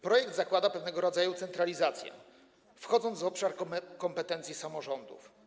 Projekt zakłada pewnego rodzaju centralizację, wchodząc w obszar kompetencji samorządów.